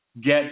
get